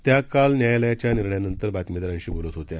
त्या काल न्यायालयाच्या निर्णयानंतर वार्ताहरांशी बोलत होत्या